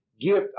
gift